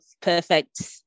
perfect